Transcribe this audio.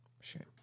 Shame